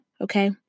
Okay